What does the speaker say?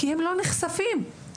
כי הם לא נחשפים לדברים,